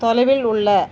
தொலைவில் உள்ள